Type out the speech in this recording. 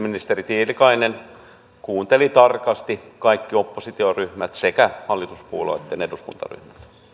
ministeri tiilikaista joka kuunteli tarkasti kaikkia oppositioryhmiä sekä hallituspuolueitten eduskuntaryhmiä